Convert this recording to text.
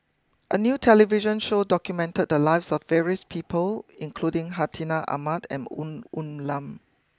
a new television show documented the lives of various people including Hartinah Ahmad and Woon Woon Lam